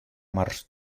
març